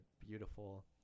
beautiful